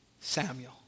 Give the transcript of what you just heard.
Samuel